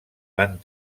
van